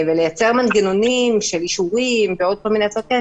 לייצר מנגנונים של אישורים ועוד כל מיני הצעות כאלה,